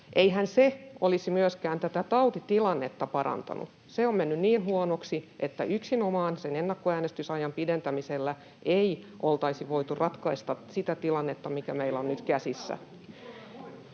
eihän se olisi myöskään tätä tautitilannetta parantanut — se on mennyt niin huonoksi, että yksinomaan sen ennakkoäänestysajan pidentämisellä ei oltaisi voitu ratkaista sitä tilannetta, [Jussi Halla-ahon välihuuto]